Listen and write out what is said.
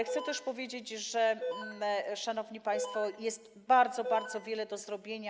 Chcę też powiedzieć, szanowni państwo, że jest bardzo, bardzo wiele do zrobienia.